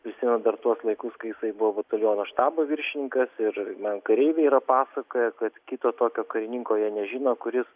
prisimenu dar tuos laikus kai jisai buvo bataliono štabo viršininkas ir man kareiviai yra pasakoję kad kito tokio karininko jie nežino kuris